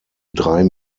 drei